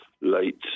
late